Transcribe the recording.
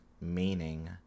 meaning